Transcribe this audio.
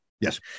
Yes